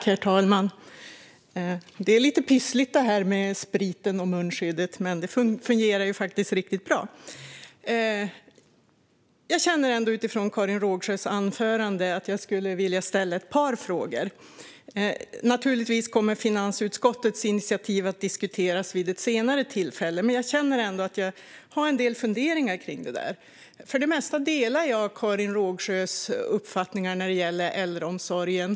Herr talman! Jag vill utifrån Karin Rågsjös anförande ställa ett par frågor. Naturligtvis kommer finansutskottets initiativ att diskuteras vid ett senare tillfälle, men jag har ändå en del funderingar om det. För det mesta delar jag Karin Rågsjös uppfattningar om äldreomsorgen.